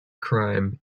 crime